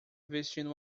vestindo